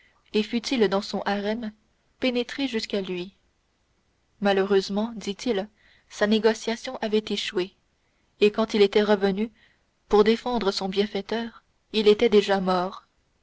et fût-il dans son harem pénétrer jusqu'à lui malheureusement dit-il sa négociation avait échoué et quand il était revenu pour défendre son bienfaiteur il était déjà mort